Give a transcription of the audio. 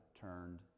turned